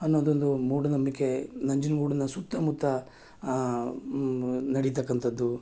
ಅನ್ನೋದು ಒಂದು ಮೂಢನಂಬಿಕೆ ನಂಜನಗೂಡಿನ ಸುತ್ತಮುತ್ತ ನಡೀತಕ್ಕಂಥದ್ದು